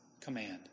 command